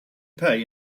pay